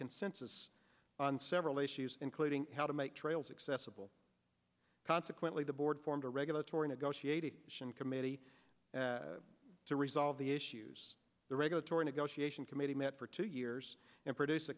consensus on several issues including how to make trails accessible consequently the board formed a regulatory negotiating committee to resolve the issues the regulatory negotiation committee met for two years and produce a